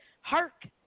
Hark